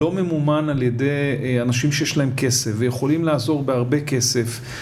לא ממומן על ידי אנשים שיש להם כסף ויכולים לעזור בהרבה כסף